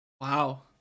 Wow